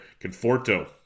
Conforto